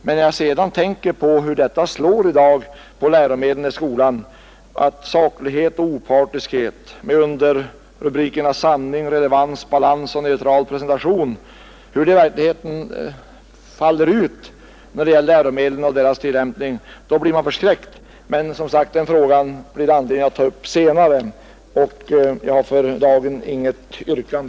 Men man blir förskräckt när man tänker på hur kravet på saklighet och opartiskhet med underrubrikerna Sanning, Relevans, Balans och Neutralpresentation i verkligheten faller ut, när det gäller läromedlen. Men den frågan blir det som sagt anledning att ta upp senare, och jag har för dagen inget yrkande.